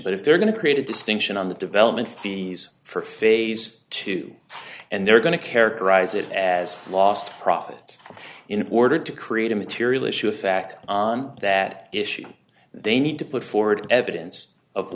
but if they're going to create a distinction on the development fees for phase two and they're going to characterize it as lost profits in order to create a material issue a fact on that issue they need to put forward evidence of